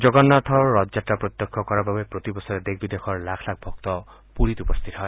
জগন্নাথৰ ৰথযাত্ৰা প্ৰত্যক্ষ কৰাৰ বাবে প্ৰতিবছৰে দেশ বিদেশৰ লাখ লাখ ভক্ত পুৰীত উপস্থিত হয়